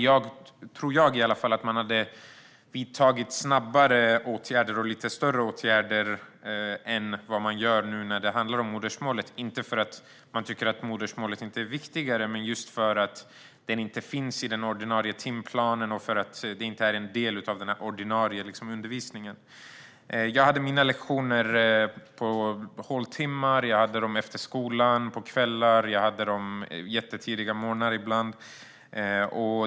Jag tror att man hade behövt vidta snabbare och större åtgärder för ämnet modersmålet. Det är inte för att man inte tycker att modersmålet är viktigt utan för att ämnet inte finns i den ordinarie timplanen och därmed inte är en del av den ordinarie undervisningen. Jag hade mina lektioner på håltimmar, efter skolan, på kvällar eller under tidiga morgnar.